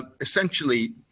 essentially